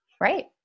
Right